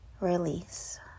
release